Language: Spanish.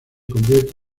convierte